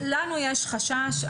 לנו יש חשש.